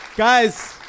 Guys